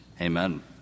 Amen